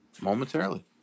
momentarily